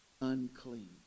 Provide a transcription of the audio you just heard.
unclean